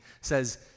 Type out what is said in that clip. says